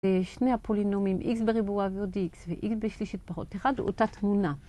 שני הפולינומים x בריבוע ועוד x ו-x בשלישית פחות אחד ואותה תמונה.